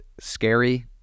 scary